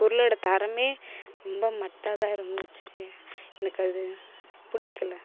பொருளோடய தரமே ரொம்ப மட்டமா இருந்துச்சு எனக்கு அது பிடிக்கல